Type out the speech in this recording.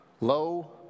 low